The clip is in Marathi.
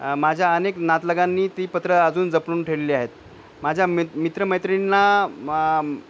माझ्या अनेक नातलगांनी ती पत्र अजून जपून ठेवली आहेत माझ्या मित मित्रमैत्रिणींना